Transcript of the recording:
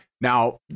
now